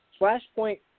Flashpoint